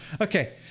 okay